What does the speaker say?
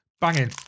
Banging